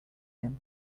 him